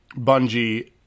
Bungie